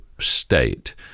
state